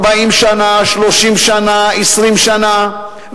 40 שנה, 30 שנה, 20 שנה.